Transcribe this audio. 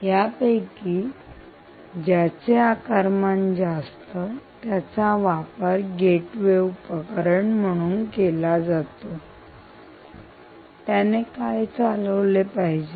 यापैकी ज्याचे आकारमान जास्त त्याचा वापर गेटवे उपकरण म्हणून केला जातो आणि त्याने काय चालवले पाहिजे